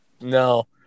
No